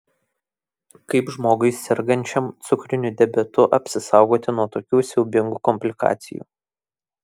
kaip žmogui sergančiam cukriniu diabetu apsisaugoti nuo tokių siaubingų komplikacijų